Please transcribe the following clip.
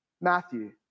Matthew